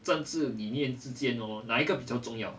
政治理念之间 hor 哪一个比较重要